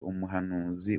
umuhanuzi